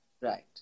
Right